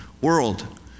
world